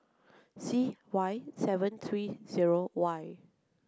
C Y seven three zero Y